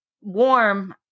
warm